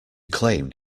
claimed